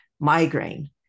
migraine